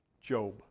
Job